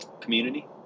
Community